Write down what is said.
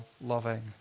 loving